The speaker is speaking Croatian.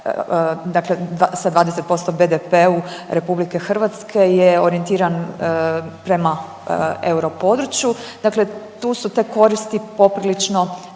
dakle sa 20% BDP-u RH je orijentiran prema europodručju dakle, tu su te koristi poprilično